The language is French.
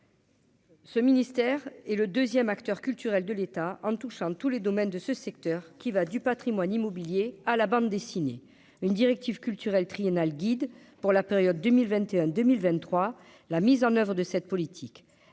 Ce ministère et le 2ème, acteur culturel de l'État en touchant tous les domaines de ce secteur qui va du Patrimoine immobilier à la bande dessinée une directive culturel triennal guide pour la période 2021 2023 la mise en oeuvre de cette politique,